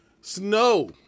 Snow